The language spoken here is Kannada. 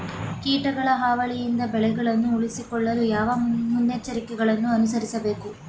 ಕೀಟಗಳ ಹಾವಳಿಯಿಂದ ಬೆಳೆಗಳನ್ನು ಉಳಿಸಿಕೊಳ್ಳಲು ಯಾವ ಮುನ್ನೆಚ್ಚರಿಕೆಗಳನ್ನು ಅನುಸರಿಸಬೇಕು?